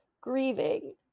grieving